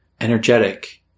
energetic